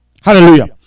Hallelujah